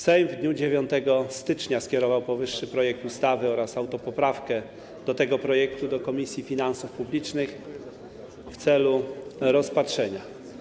Sejm w dniu 9 stycznia skierował powyższy projekt ustawy oraz autopoprawkę do tego projektu do Komisji Finansów Publicznych w celu rozpatrzenia.